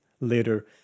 later